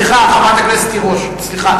סליחה, חברת הכנסת תירוש, סליחה.